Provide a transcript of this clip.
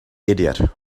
idiot